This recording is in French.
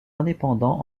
indépendants